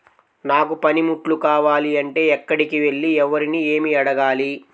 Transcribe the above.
నాకు పనిముట్లు కావాలి అంటే ఎక్కడికి వెళ్లి ఎవరిని ఏమి అడగాలి?